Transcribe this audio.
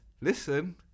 Listen